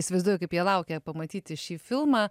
įsivaizduoju kaip jie laukia pamatyti šį filmą